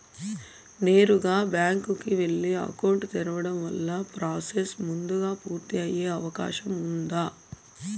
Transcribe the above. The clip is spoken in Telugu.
నేరుగా బ్యాంకు కు వెళ్లి అకౌంట్ తెరవడం వల్ల ప్రాసెస్ ముందుగా పూర్తి అయ్యే అవకాశం ఉందా?